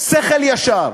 שכל ישר.